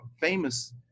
famous